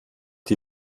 die